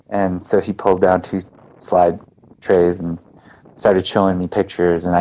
and so he pulled down two slide trays and started showing me pictures. and